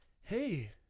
hey